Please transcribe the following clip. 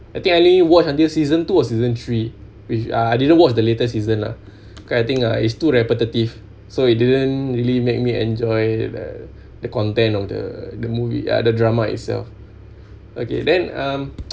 I think I only watch until season two or season three which I didn't watch the latest season lah cause I think uh it's too repetitive so it didn't really make me enjoy the the content of the the movie uh the drama itself okay then um